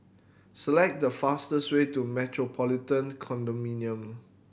select the fastest way to Metropolitan Condominium